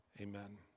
amen